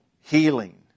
Healing